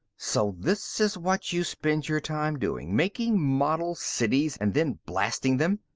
so this is what you spend your time doing making model cities and then blasting them.